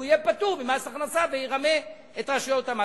והוא יהיה פטור ממס הכנסה וירמה את רשויות המס.